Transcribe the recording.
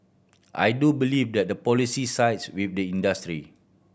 I do believe that the policy sides with the industry